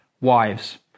Wives